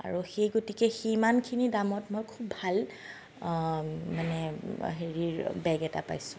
আৰু সেই গতিকে সিমানখিনি দামত মই খুব ভাল মানে হেৰিৰ বেগ এটা পাইছোঁ